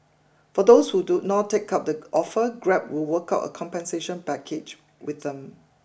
for those who do not take up the offer Grab will work out a compensation package with them